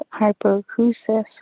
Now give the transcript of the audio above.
hyperacusis